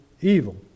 evil